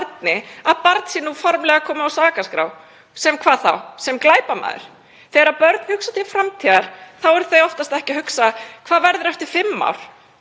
þegar það er formlega komið á sakaskrá — sem hvað þá, sem glæpamaður? Þegar börn hugsa til framtíðar eru þau oftast ekki að hugsa: Hvað verður eftir fimm ár?